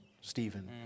Stephen